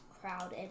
crowded